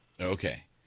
Okay